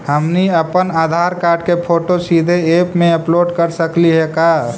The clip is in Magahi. हमनी अप्पन आधार कार्ड के फोटो सीधे ऐप में अपलोड कर सकली हे का?